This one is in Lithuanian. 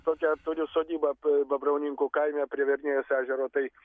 tokią turiu sodybą babrauninkų kaime prie verniejaus ežero tai